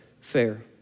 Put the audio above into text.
fair